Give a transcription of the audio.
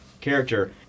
character